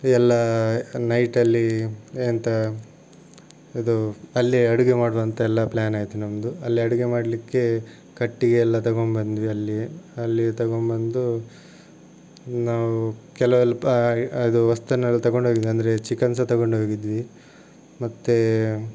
ಎಲ್ಲ ನೈಟಲ್ಲಿ ಎಂಥ ಇದು ಅಲ್ಲೇ ಅಡುಗೆ ಮಾಡುವಾಂತೆಲ್ಲ ಪ್ಲ್ಯಾನ್ ಆಯಿತು ನಮ್ಮದು ಅಲ್ಲೇ ಅಡುಗೆ ಮಾಡಲಿಕ್ಕೆ ಕಟ್ಟಿಗೆ ಎಲ್ಲ ತಗೊಂಬಂದ್ವಿ ಅಲ್ಲಿಯೇ ಅಲ್ಲಿ ತಗೊಂಬಂದು ನಾವು ಕೆಲವೆಲ್ಲ ಇದು ವಸ್ತುವನ್ನೆಲ್ಲ ತಗೊಂಡು ಹೋಗಿದ್ದು ಅಂದರೆ ಚಿಕನ್ ಸಹ ತಗೊಂಡು ಹೋಗಿದ್ವಿ ಮತ್ತೆ